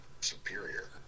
superior